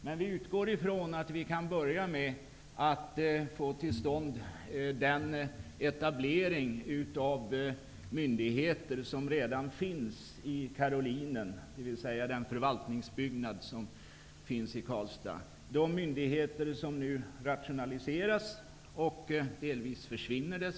Men vi utgår från att vi kan börja med att få till stånd en etablering av myndigheter som redan finns i Karolinen -- dvs. den förvaltningsbyggnad som finns i Karlstad -- de myndigheter som nu rationaliseras och dess värre delvis försvinner.